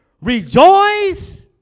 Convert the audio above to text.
Rejoice